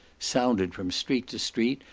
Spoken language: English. sounded from street to street,